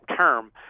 term